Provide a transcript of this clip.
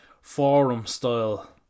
forum-style